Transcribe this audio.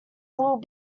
will